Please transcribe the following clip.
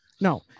No